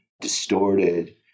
distorted